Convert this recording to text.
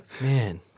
man